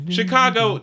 Chicago